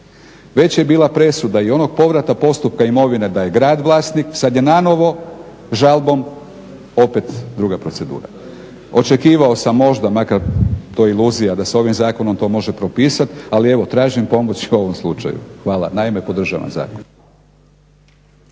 Već je bila presuda i onog povrata postupka imovine da je grad vlasnik, sada je nanovo žalbom opet druga procedura. Očekivao sam možda je makar je to iluzija da se to ovim zakonom može propisati ali tražim pomoć u ovom slučaju. Podržavam zakon.